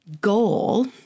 goal